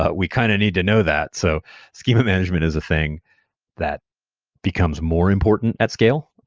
ah we kind of need to know that. so schema management is a thing that becomes more important at scale.